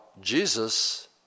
Jesus